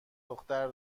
دختر